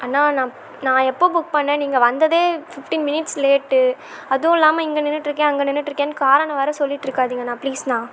அண்ணா நான் நான் எப்போ புக் பண்ணிணேன் நீங்கள் வந்ததே ஃபிஃப்டின் மினிட்ஸ் லேட்டு அதில்லாம இங்கே நின்றிட்ருக்கேன் அங்கே நின்றிட்ருக்கேன்னு காரணம் வேறு சொல்லிகிட்ருக்காதீங்கண்ணா ப்ளீஸ்ணா